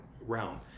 realm